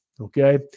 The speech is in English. okay